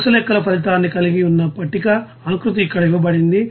వరుస లెక్కల ఫలితాన్ని కలిగి ఉన్న పట్టిక ఆకృతి ఇక్కడ ఇవ్వబడింది